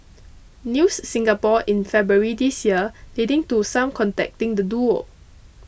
News Singapore in February this year leading to some contacting the duo